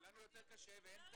ולדבר הזה יש